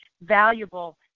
valuable